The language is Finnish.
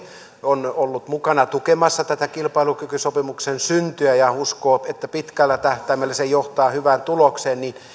on ollut mukana tukemassa kilpailukykysopimuksen syntyä ja uskoo että pitkällä tähtäimellä se johtaa hyvään tulokseen niin